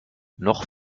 noch